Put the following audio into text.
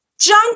junk